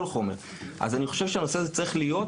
גם אם זה יהיה,